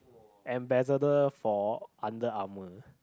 ambassador for Under-Armour